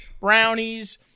brownies